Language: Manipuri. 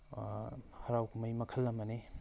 ꯍꯔꯥꯎ ꯀꯨꯝꯍꯩ ꯃꯈꯜ ꯑꯃꯅꯤ